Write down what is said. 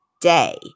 day